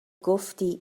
گفتی